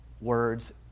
words